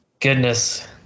Goodness